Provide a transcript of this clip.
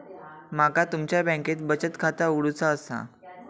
माका तुमच्या बँकेत बचत खाता उघडूचा असा?